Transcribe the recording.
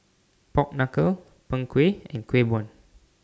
Pork Knuckle Png Kueh and Kueh Bom